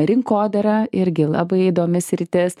rinkodara irgi labai įdomi sritis